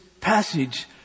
passage